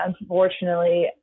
unfortunately